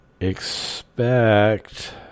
expect